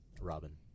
Robin